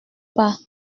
pas